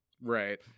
right